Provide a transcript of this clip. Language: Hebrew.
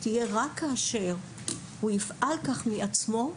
תהיה רק כאשר הוא יפעל כך מעצמו,